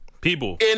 People